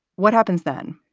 what happens then?